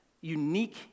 unique